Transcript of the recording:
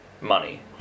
money